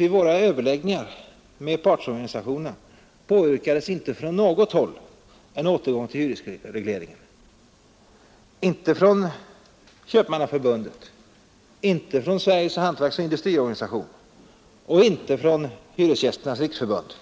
Vid våra överläggningar med partsorganisationerna yrkades inte från något håll en återgång till hyresregleringen — inte från Köpmannaförbundet, inte från Sveriges hantverksoch industriorganisation och inte från Hyresgästernas riksförbund.